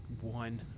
one